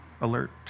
alert